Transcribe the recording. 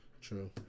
True